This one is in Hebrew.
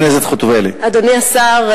אדוני השר,